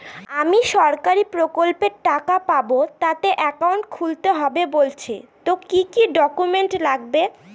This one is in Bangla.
আমি সরকারি প্রকল্পের টাকা পাবো তাতে একাউন্ট খুলতে হবে বলছে তো কি কী ডকুমেন্ট লাগবে?